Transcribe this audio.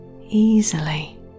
easily